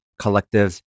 collectives